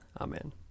Amen